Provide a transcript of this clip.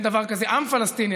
אין דבר כזה עם פלסטיני,